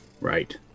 right